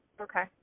Okay